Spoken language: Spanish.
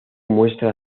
muestra